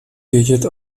vědět